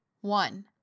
One